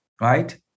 right